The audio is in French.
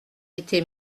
était